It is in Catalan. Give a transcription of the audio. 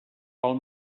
pel